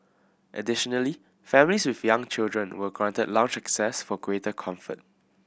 additionally families with young children were granted lounge access for greater comfort